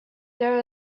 there